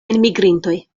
enmigrintoj